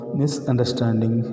misunderstanding